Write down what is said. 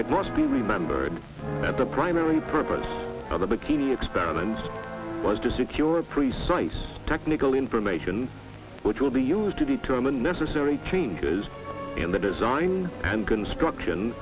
it must be remembered that the primary purpose of the bikini experiments was to secure precise technical information which will be used to determine necessary changes in the design and construction